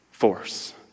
force